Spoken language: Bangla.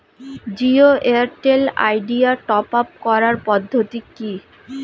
Jio Airtel Idea top up করার পদ্ধতি কি?